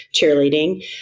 cheerleading